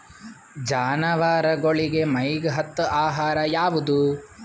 ಜಾನವಾರಗೊಳಿಗಿ ಮೈಗ್ ಹತ್ತ ಆಹಾರ ಯಾವುದು?